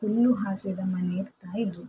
ಹುಲ್ಲುಹಾಸಿದ ಮನೆ ಇರ್ತಾ ಇದ್ವು